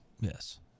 Yes